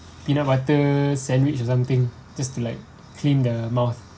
peanut butter sandwich or something just to like clean the mouth